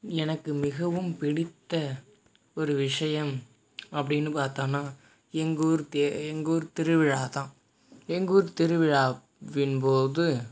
எனக்கு மிகவும் பிடித்த ஒரு விஷியம் அப்படின்னு பாத்தோன்னா எங்கூர் தே எங்கூர் திருவிழாதான் எங்கூர் திருவிழாவின்போது